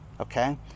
okay